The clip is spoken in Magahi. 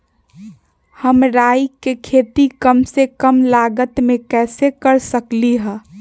हम राई के खेती कम से कम लागत में कैसे कर सकली ह?